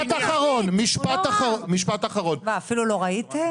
מה, אפילו לא ראיתם?